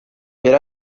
per